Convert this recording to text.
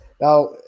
Now